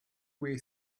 way